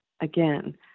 again